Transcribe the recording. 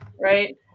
right